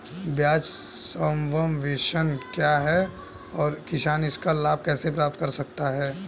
ब्याज सबवेंशन क्या है और किसान इसका लाभ कैसे प्राप्त कर सकता है?